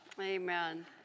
amen